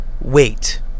wait